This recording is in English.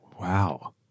Wow